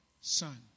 Son